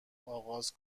آغاز